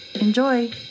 Enjoy